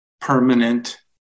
permanent